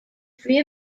free